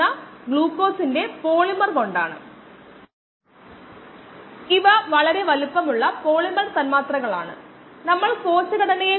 ചോർച്ചയ്ക്ക് പുറമേ ടാങ്കിനുള്ളിൽ തന്നെ സെക്കൻഡിൽ 1 കിലോഗ്രാം വെള്ളം ഉത്പാദിപ്പിക്കുന്ന ചില സംവിധാനങ്ങളുണ്ടെന്ന് കരുതുക